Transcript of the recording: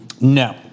No